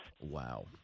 Wow